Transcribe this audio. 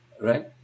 right